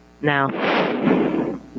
Now